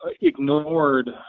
ignored